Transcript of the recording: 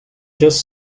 just